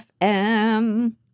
FM